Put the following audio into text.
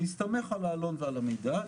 בהסתמך על העלון ועל המידע,